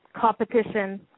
competition